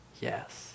Yes